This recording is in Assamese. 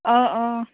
অঁ অঁ